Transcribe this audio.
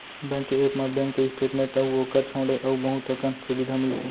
bank के app म bank के स्टेट मेंट अउ ओकर छोंड़े अउ बहुत अकन सुबिधा मिलथे